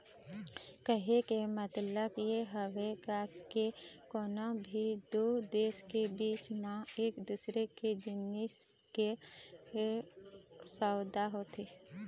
कहे के मतलब ये हवय गा के कोनो भी दू देश के बीच म एक दूसर के जिनिस के सउदा होथे